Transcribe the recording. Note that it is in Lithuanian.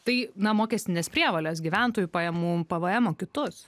tai na mokestines prievoles gyventojų pajamų pvemo kitus